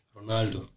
Ronaldo